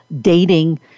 dating